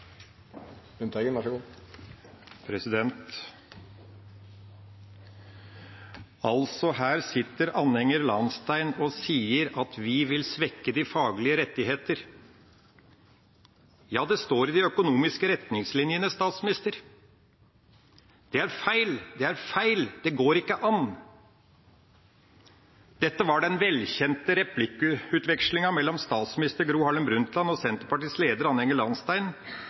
Her sitter Anne Enger Lahnstein og sier at vi vil svekke de faglige rettigheter. – Det står i de økonomiske retningslinjene, statsminister. – Det er feil, det går ikke an. Dette var den velkjente replikkvekslinga mellom daværende statsminister Gro Harlem Brundtland og Senterpartiets daværende leder